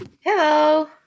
Hello